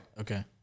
Okay